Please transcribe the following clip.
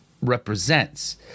represents